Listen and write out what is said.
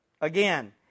Again